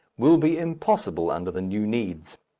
will be impossible under the new needs.